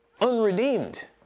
unredeemed